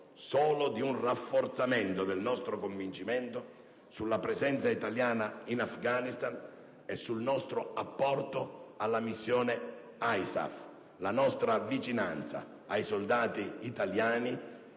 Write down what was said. effetto il rafforzamento del nostro convincimento sulla presenza italiana in Afghanistan e sul nostro apporto alla missione ISAF. La nostra vicinanza ai soldati italiani